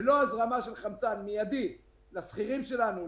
ללא הזרמה של חמצן מידי לשכירים שלנו,